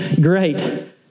great